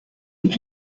est